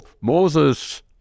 Moses